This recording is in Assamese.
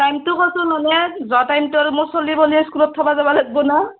টাইমটো ক চোন নহ'লে যোৱা টাইমটো আৰু মোৰ ছলি পলি স্কুলত থব যাব লাগিব ন